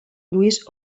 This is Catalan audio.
lluís